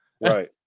Right